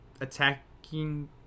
attacking